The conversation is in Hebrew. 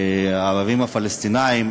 הערבים-הפלסטינים,